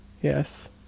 Yes